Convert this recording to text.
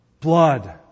Blood